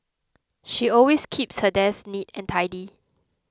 she always keeps her desk neat and tidy